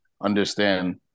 understand